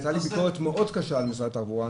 הייתה לי ביקורת מאוד קשה על משרד התחבורה,